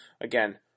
again